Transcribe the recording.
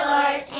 Lord